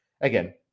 again